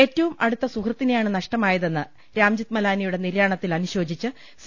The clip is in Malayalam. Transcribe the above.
ഏറ്റവും അടുത്ത സുഹൃത്തിനെയാണ് നഷ്ടമായതെന്ന് രാംജത്ത് മലാനിയുടെ നിര്യാണത്തിൽ അനുശോചിച്ച് സി